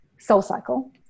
SoulCycle